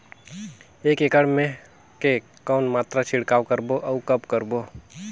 एक एकड़ मे के कौन मात्रा छिड़काव करबो अउ कब करबो?